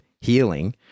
healing